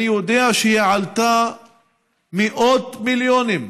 אני יודע שהיא עלתה מאות מיליונים,